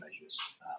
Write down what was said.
measures